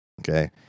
Okay